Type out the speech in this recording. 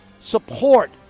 Support